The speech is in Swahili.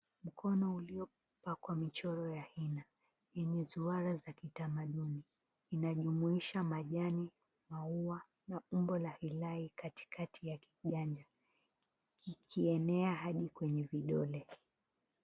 Mkono uliopakwa michoro wa hina yenye zuhara za kitamaduni. Inajumuisha majani, maua na umbo hilahi kati ya kiganja ikienea hadi kwenye vidole.